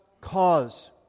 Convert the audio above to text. cause